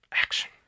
Action